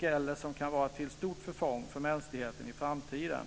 eller som kan vara till stort förfång för mänskligheten i framtiden.